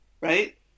right